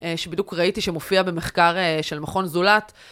שבדיוק ראיתי שמופיע במחקר של מכון זולת.